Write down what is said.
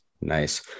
nice